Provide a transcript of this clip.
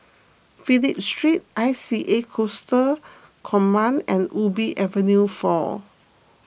Phillip Street I C A Coastal Command and Ubi Avenue four